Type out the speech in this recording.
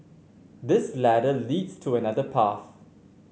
this ladder leads to another path